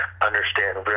understand